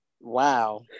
wow